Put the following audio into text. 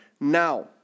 Now